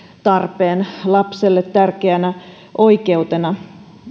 tarpeen lapselle tärkeänä oikeutena